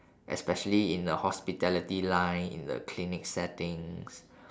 especially in the hospitality line in the clinic settings